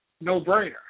no-brainer